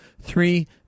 three